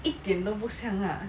一点都不像啦